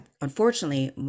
unfortunately